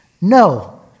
No